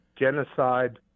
Genocide